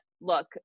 look